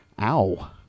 Ow